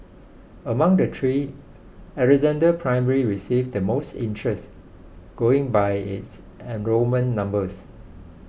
among the three Alexandra Primary received the most interest going by its enrolment numbers